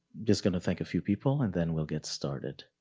just gonna thank a few people and then we'll get started.